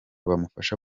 bamufasha